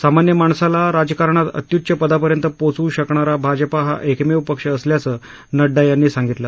सामान्य माणसाला राजकारणात अत्युच्च पदापर्यंत पोचवू शकणारा भाजपा हा एकमेव पक्ष असल्याचं नड्डा यांनी सांगितलं